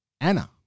Anna